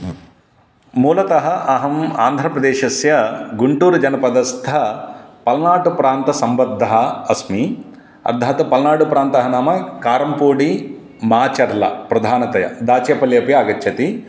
मूलतः अहं आन्ध्रप्रदेशस्य गुण्टूर् जनपदस्थ पल्नाट् प्रान्तसम्बद्धः अस्मि अर्थात् पल्नाडुप्रान्तः नाम कारम्पोडि माचर्ला प्रधानतया दाच्यपल्लि अपि आगच्छति